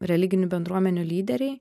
religinių bendruomenių lyderiai